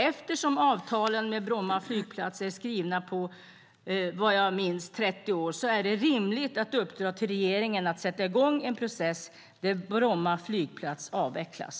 Eftersom avtalen med Bromma flygplats är skrivna på, vad jag minns, 30 år är det rimligt att uppdra till regeringen att sätta i gång en process där Bromma flygplats avvecklas.